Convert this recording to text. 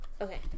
Okay